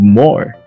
more